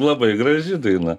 labai graži daina